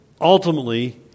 ultimately